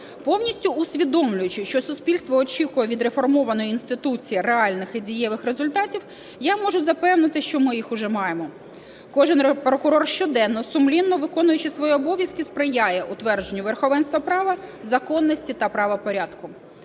Повністю усвідомлюючи, що суспільство очікує від реформованої інституції реальних і дієвих результатів, я можу запевнити, що ми їх вже маємо. Кожен прокурор щоденно, сумлінно виконуючи свої обов'язки, сприяє утвердженню верховенства права, законності та правопорядку.